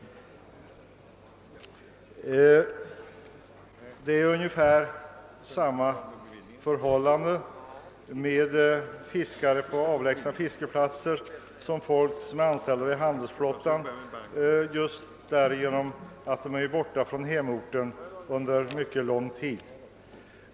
För fiskare på avlägsna fiskeplatser finns den likheten med anställda i handelsflottan, att båda grup perna är borta från hemorten under mycket lång tid.